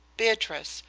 beatrice,